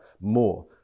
more